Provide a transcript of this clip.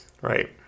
Right